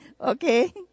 Okay